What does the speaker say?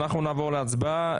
נעבור להצבעה.